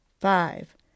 five